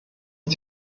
ist